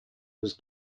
was